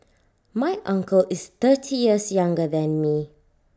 my uncle is thirty years younger than me